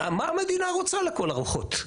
מה המדינה רוצה לכל הרוחות?